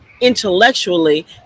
intellectually